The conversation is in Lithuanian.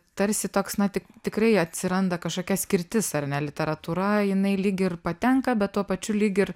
tarsi toks na tik tikrai atsiranda kažkokia skirtis ar ne literatūra jinai lyg ir patenka bet tuo pačiu lyg ir